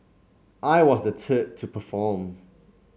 I was the to perform